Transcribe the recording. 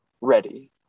ready